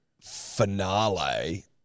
finale –